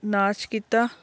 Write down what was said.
ਨਾਸ਼ ਕੀਤਾ